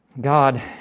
God